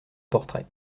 portrait